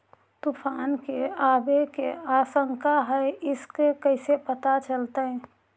तुफान के आबे के आशंका है इस कैसे पता चलतै?